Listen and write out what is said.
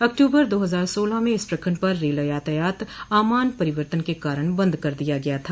अक्टूबर दो हजार सोलह में इस प्रखंड पर रेल यातायात आमान परिवर्तन के कारण बंद कर दिया गया था